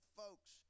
folks